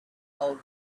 old